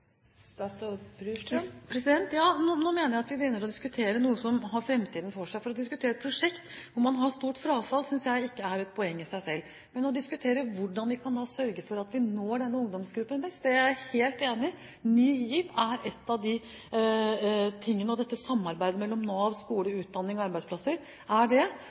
Ja, nå mener jeg at vi begynner å diskutere noe som har framtiden foran seg, fordi at å diskutere et prosjekt hvor man har et stort frafall, synes jeg ikke er et poeng i seg selv. Men å diskutere hvordan vi kan sørge for at vi kan nå denne ungdomsgruppen best, er jeg helt enig i er viktig. Ny GIV er en av de tingene, og også samarbeidet mellom Nav, skole, utdanning og arbeidsplasser er det.